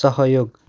सहयोग